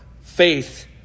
faith